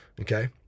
Okay